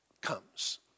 comes